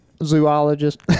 zoologist